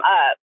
up